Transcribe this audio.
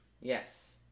Yes